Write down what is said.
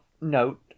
note